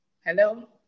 Hello